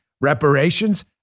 Reparations